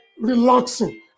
relaxing